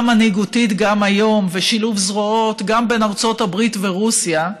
מנהיגותית גם היום וגם שילוב זרועות בין ארצות הברית לרוסיה,